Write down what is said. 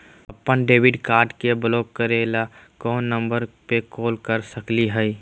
अपन debit card के block करे ला कौन नंबर पे कॉल कर सकली हई?